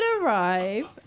arrive